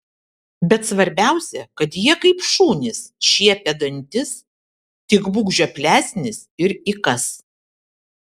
bet svarbiausia kad jie kaip šunys šiepia dantis tik būk žioplesnis ir įkąs